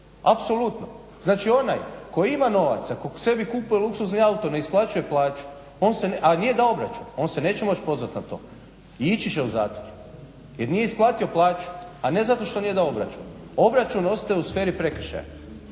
Apsolutno. Znači onaj koji ima novaca, tko sebi kupuje luksuzni auto, ne isplaćuje plaću, a nije dao obračun, on se neće moć pozvat na to i ići će u zatvor jer nije isplatio plaću, a ne zato što nije dao obračun. Obračun ostaje u sferi prekršaja